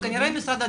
כנראה משרד הדתות.